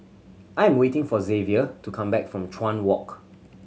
I am waiting for Xavier to come back from Chuan Walk